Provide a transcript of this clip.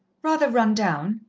rather run down,